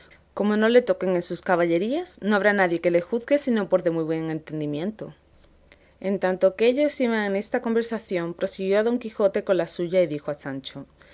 como no le toquen en sus caballerías no habrá nadie que le juzgue sino por de muy buen entendimiento en tanto que ellos iban en esta conversación prosiguió don quijote con la suya y dijo a sancho